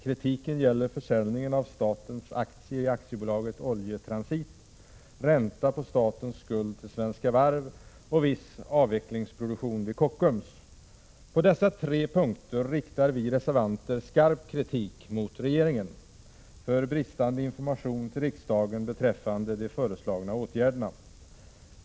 Kritiken gäller försäljningen av statens aktier i AB Oljetransit, ränta på statens skuld till Svenska Varv AB och viss avvecklingsproduktion vid Kockums AB. På dessa tre punkter riktar vi reservanter skarp kritik mot regeringen för bristande information till riksdagen beträffande de föreslagna åtgärderna.